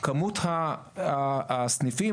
כמות הסניפים,